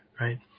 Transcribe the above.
right